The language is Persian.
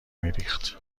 میریخت